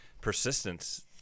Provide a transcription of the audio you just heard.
persistence